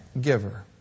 giver